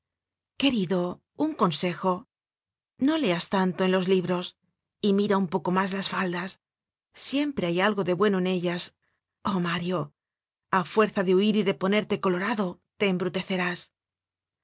querido un consejo no leas tanto en los libros y mira un poco mas las faldas siempre hay algo de bueno en ellas oh mario a fuerza de huir y de ponerte colorado te embrutecerás